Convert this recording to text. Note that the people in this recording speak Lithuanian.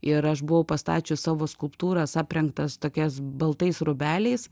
ir aš buvau pastačius savo skulptūras aprengtas tokias baltais rūbeliais